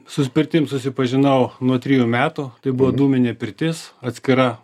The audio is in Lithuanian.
sus pirtim susipažinau nuo trijų metų tai buvo dūminė pirtis atskira